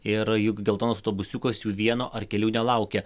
ir juk geltonas autobusiukas jų vieno ar kelių nelaukia